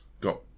got